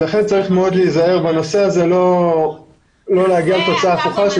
לכן צריך מאוד להיזהר בנושא הזה ולא להגיע לתוצאה הפוכה.